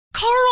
Carl